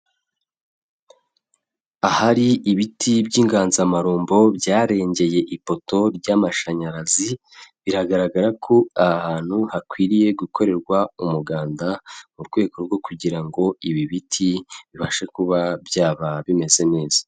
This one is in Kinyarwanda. Ahari ibiti by'inganzamarumbo byarengeye ipoto ry'amashanyarazi, biragaragara ko aha hantu hakwiriye gukorerwa umuganda mu rwego rwo kugira ngo ibi biti bibashe kuba byaba bimeze neza.